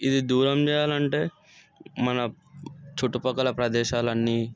ఇది దూరం చెయ్యాలంటే మన చుట్టుపక్కల ప్రదేశాలన్నీ